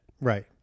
Right